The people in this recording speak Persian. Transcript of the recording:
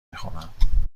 میخورم